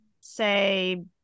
say